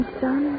son